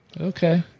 Okay